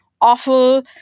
awful